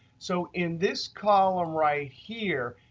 so in this column right here,